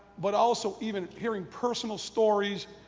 but also, even hearing personal stories,